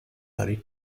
early